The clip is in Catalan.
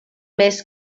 més